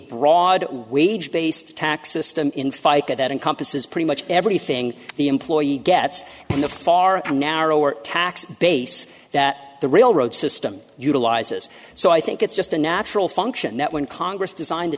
broad wage based tax system in fica that encompasses pretty much everything the employee gets and the far from narrow or tax base that the railroad system utilizes so i think it's just a natural function that when congress designed t